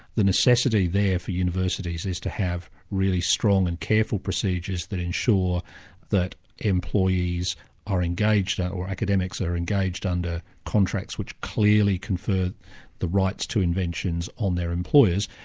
the necessity there for universities is to have really strong and careful procedures that ensure that employees are engaged or academics are engaged under contracts which clearly confer the rights to inventions on their employers,